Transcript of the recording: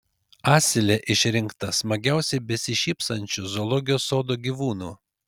asilė išrinkta smagiausiai besišypsančiu zoologijos sodo gyvūnu